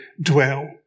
dwell